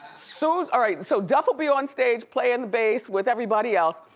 so ah right, so duff'll be on stage playing the bass with everybody else,